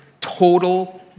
total